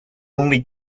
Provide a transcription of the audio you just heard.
only